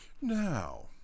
Now